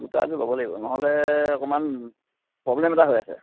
জোতা এযোৰ ল'ব লাগিব নহ'লে অকণমান প্ৰব্লেম এটা হৈ আছে